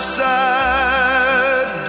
sad